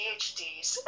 PhDs